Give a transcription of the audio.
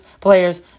players